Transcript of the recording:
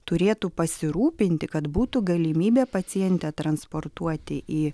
turėtų pasirūpinti kad būtų galimybė pacientę transportuoti į